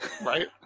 Right